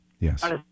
Yes